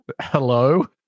hello